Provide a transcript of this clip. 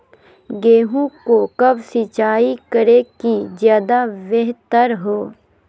गेंहू को कब सिंचाई करे कि ज्यादा व्यहतर हो?